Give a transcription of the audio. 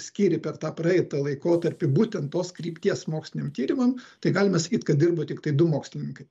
skyrė per tą praeitą laikotarpį būtent tos krypties moksliniam tyrimam tai galima sakyt kad dirbo tiktai du mokslininkai